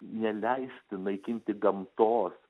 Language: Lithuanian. neleist naikinti gamtos